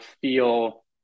feel